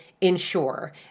ensure